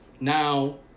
Now